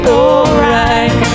alright